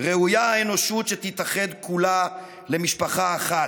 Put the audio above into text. "ראויה היא האנושות שתתאחד כולה למשפחה אחת,